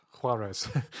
Juarez